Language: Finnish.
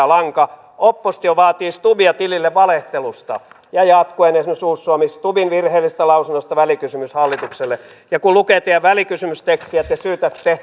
kyllä olisi voinut kaukaa olla viisas ja jatkuen osuus oli skopin virheistä lausunnosta välikysymys hallitukselle hieman myös ajatella mitä tuleman pitää